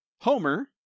Homer